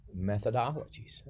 methodologies